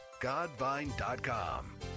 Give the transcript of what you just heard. godvine.com